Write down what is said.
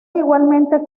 igualmente